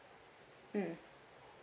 mm